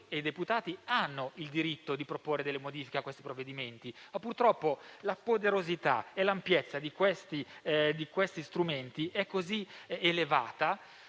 i senatori e i deputati hanno il diritto di proporre delle modifiche a tali provvedimenti, ma purtroppo la poderosità e l'ampiezza di questi strumenti è così elevata,